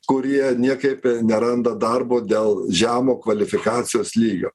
kurie niekaip neranda darbo dėl žemo kvalifikacijos lygio